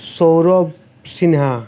Sourav Sinha